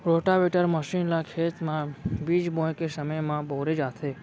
rotavator machine ल खेत म बीज बोए के समे म बउरे जाथे